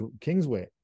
Kingsway